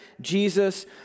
Jesus